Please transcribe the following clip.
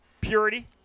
purity